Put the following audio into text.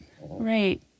Right